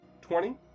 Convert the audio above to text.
Twenty